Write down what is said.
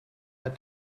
pas